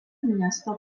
miesto